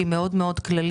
שהיא מאוד כללית.